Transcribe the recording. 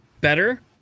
better